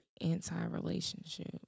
anti-relationship